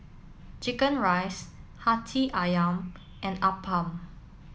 Chicken Rice Hati Ayam and Appam